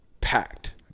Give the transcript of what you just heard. packed